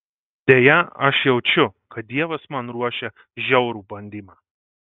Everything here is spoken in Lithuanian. deja aš jaučiu kad dievas man ruošia žiaurų bandymą